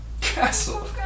Castle